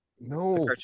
No